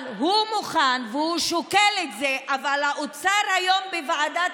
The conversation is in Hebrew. הוא מוכן והוא שוקל את זה אבל האוצר היום בוועדת